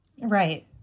right